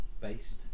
based